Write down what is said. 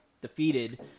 defeated